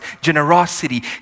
generosity